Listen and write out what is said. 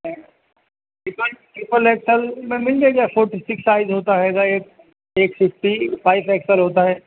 پل سپل ایکسل میں مل جائے گا فورٹی سکس سائز ہوتا ہے گا ایک ایک ففٹی فائیو ایکسل ہوتا ہے